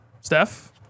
Steph